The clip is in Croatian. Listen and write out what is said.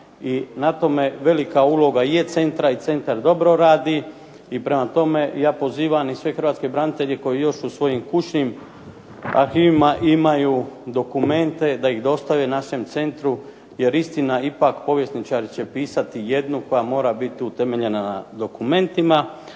i na tome velika uloga je centra i centar dobro radi. I prema tome, ja pozivam i sve hrvatske branitelje koji još u svojim kućnim arhivima imaju dokumente da ih dostave našem centru, jer istina ipak povjesničari će pisati jednu koja mora biti utemeljena na dokumentima.